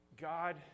God